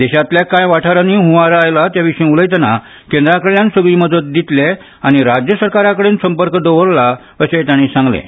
देशांतल्या कांय वाठारानी हंवार आयल्या तेविशी उलयताना केंद्राकडल्यान सगळी मजत दितले आनी राज्यसरकाराकडेन संपर्क दवरला अशें ताणी सांगलें